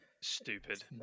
Stupid